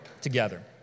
together